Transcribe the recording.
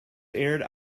aired